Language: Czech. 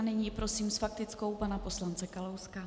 Nyní prosím s faktickou pana poslance Kalouska.